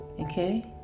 Okay